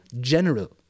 general